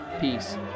peace